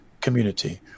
community